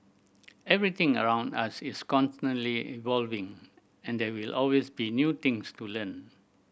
everything around us is constantly evolving and there will always be new things to learn